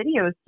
videos